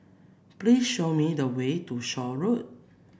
please show me the way to Shaw Road